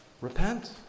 repent